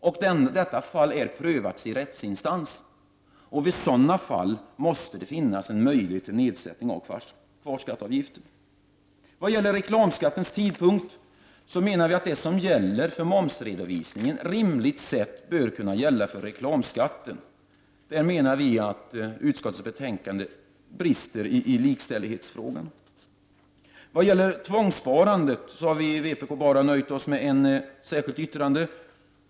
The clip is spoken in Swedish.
Saken har prövats av rättsinstans, och då måste det finnas en möjlighet till nedsättning av kvarskatteavgiften. I vad gäller tidpunkten för inbetalning av reklamskatt menar vi att det som gäller för momsredovisningen rimligen också bör kunna gälla för reklamskatten. Vi menar att utskottsmajoritetens förslag brister i likställighetsfrågan. När det gäller tvångssparandet har vpk nöjt sig med ett särskilt yttrande.